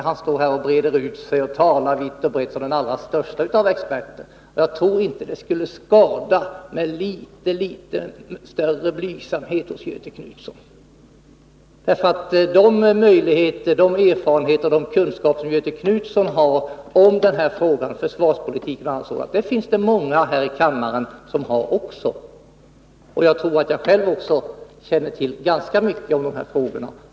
Han står här och talar vitt och brett som den allra störste av experter. Jag tror inte att det skulle skada med litet större blygsamhet från Göthe Knutsons sida. Det finns många andra här i kammaren som har lika stora erfarenheter och lika stora kunskaper i fråga om försvarspolitiken som Göthe Knutson. Jag tror att jag själv känner till ganska mycket i de här frågorna.